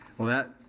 well that,